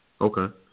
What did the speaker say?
Okay